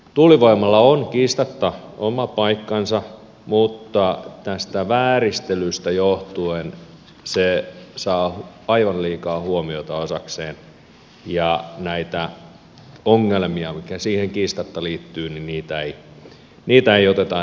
tuulivoimalla on kiistatta oma paikkansa mutta tästä vääristelystä johtuen se saa aivan liikaa huomiota osakseen ja näitä ongelmia mitä siihen kiistatta liittyy ei oteta riittävästi huomioon